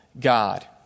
God